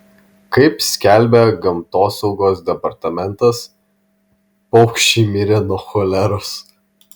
kaip skelbia gamtosaugos departamentas paukščiai mirė nuo choleros